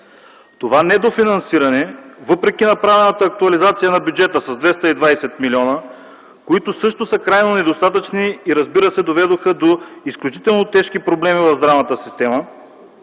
това недофинансиране, въпреки направената актуализация на бюджета с 220 милиона, които също са крайно недостатъчни и, разбира се, доведоха до изключително тежки проблеми в здравната система,